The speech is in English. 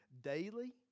daily